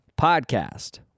podcast